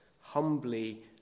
humbly